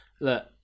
look